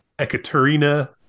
Ekaterina